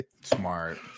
Smart